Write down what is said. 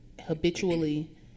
habitually